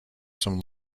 some